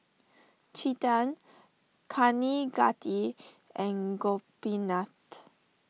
Chetan Kaneganti and Gopinath